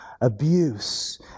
abuse